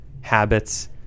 habits